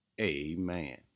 Amen